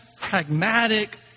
pragmatic